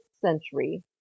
century